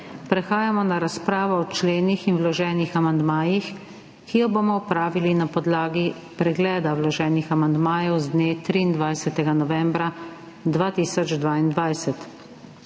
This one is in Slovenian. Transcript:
Prehajamo na razpravo o členih in vloženih amandmajih, ki jo bomo opravili na podlagi pregleda vloženih amandmajev z dne 23. novembra 2022.